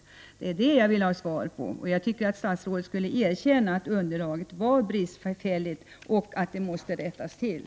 Det är i det avseendet jag vill ha ett svar, och jag tycker att statsrådet borde erkänna att underlaget var bristfälligt och måste rättas till.